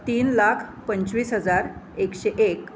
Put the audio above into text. तीन लाख पंचवीस हजार एकशे एक